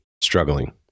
struggling